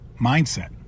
mindset